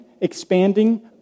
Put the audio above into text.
expanding